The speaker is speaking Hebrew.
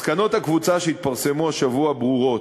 מסקנות הקבוצה שהתפרסמו השבוע ברורות.